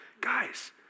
guys